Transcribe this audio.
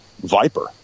viper